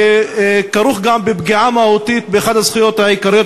שכרוך גם בפגיעה מהותית באחת הזכויות המהותיות,